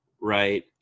right